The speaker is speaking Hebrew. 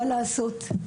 מה לעשות?